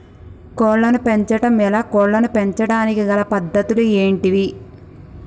కోళ్లను పెంచడం ఎలా, కోళ్లను పెంచడానికి గల పద్ధతులు ఏంటివి?